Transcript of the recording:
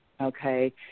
okay